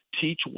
teach